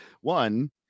One